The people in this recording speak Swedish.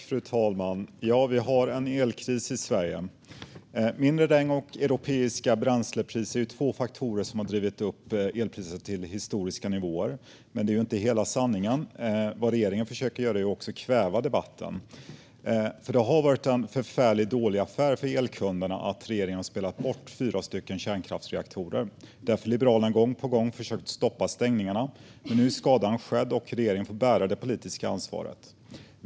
Fru talman! Vi har en elkris i Sverige. Mindre regn och europeiska bränslepriser är två faktorer som har drivit upp elpriset till historiska nivåer, men det är inte hela sanningen. Regeringen försöker nämligen kväva debatten eftersom det har varit en förfärligt dålig affär för elkunderna att regeringen har spelat bort fyra kärnkraftsreaktorer. Liberalerna har gång på gång försökt stoppa stängningarna. Men nu är skadan skedd, och regeringen får bära det politiska ansvaret.